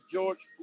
George